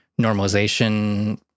normalization